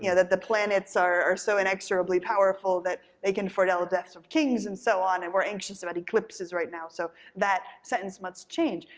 yeah that the planets are are so inextricably powerful that they can foretell deaths of kings and so on, and we're anxious about eclipses right now, so that sentence must change.